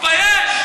תתבייש.